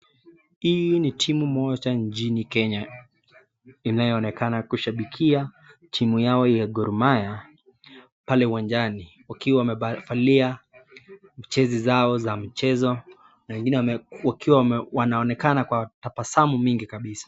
Hii ni timu moja nchini Kenya inayoonekana kushabikia timu yao ya GorMahia pale uwanjani wakiwa wamevalia jezi zao za mchezo na wengine wakiwa wanaonekana kwa tabasamu mingi kabisa.